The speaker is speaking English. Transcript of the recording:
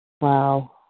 Wow